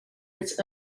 its